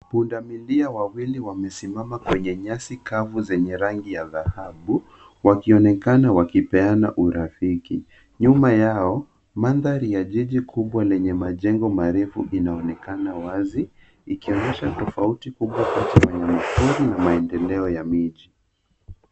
Pundamilia wawili wamesimama kwenye nyasi kavu zenye rangi ya dhahabu, wakionekana wakipeana urafiki. Nyuma yao, mandhari ya jiji kubwa lenye majengo marefu inaonekana wazi ikionyesha tofauti kubwa kati ya mifugo na maendeleo ya miji.